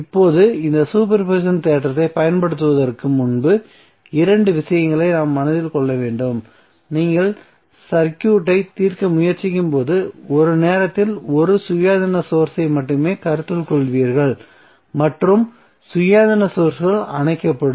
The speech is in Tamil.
இப்போது இந்த சூப்பர்போசிஷன் தேற்றத்தைப் பயன்படுத்துவதற்கு முன்பு 2 விஷயங்களை நாம் மனதில் கொள்ள வேண்டும் நீங்கள் சர்க்யூட்டை தீர்க்க முயற்சிக்கும்போது ஒரு நேரத்தில் ஒரு சுயாதீன சோர்ஸ் ஐ மட்டுமே கருத்தில் கொள்வீர்கள் மற்ற சுயாதீன சோர்ஸ்கள் அணைக்கப்படும்